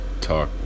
talk